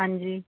ਹਾਂਜੀ